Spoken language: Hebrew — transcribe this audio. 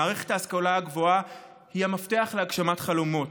מערכת ההשכלה הגבוהה היא המפתח להגשמת חלומות,